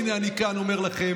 הינה, אני כאן אומר לכם,